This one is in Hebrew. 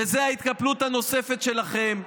וזו ההתקפלות הנוספת שלכם,